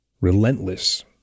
relentless